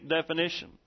definition